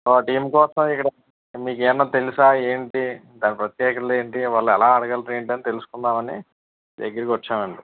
ఆ టీమ్ కోసమే ఇక్కడ మీకు ఏమన్నా తెలుసా ఏంటి దాని ప్రత్యేకతలు ఏంటి వాళ్ళు ఎలా ఆడగలుగుతారు ఏంటి అని తెలుసుకుందామని దగ్గిరికొచ్చాం అండి